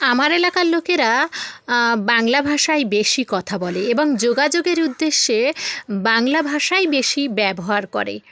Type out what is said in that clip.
আমার এলাকার লোকেরা বাংলা ভাষায় বেশি কথা বলে এবং যোগাযোগের উদ্দেশ্যে বাংলা ভাষাই বেশি ব্যবহার করে